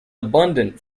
abundant